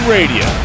Radio